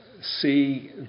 see